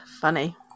funny